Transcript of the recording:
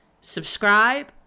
subscribe